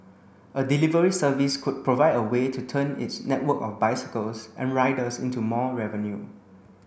a delivery service could provide a way to turn its network of bicycles and riders into more revenue